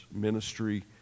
ministry